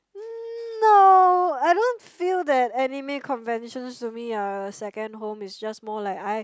no I don't feel that anime conventions to me are second home it's just more like I